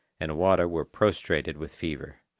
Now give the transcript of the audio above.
and wada were prostrated with fever.